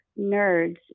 nerds